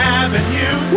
avenue